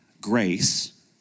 grace